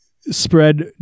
spread